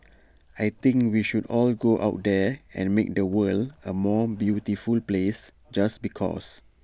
I think we should all go out there and make the world A more beautiful place just because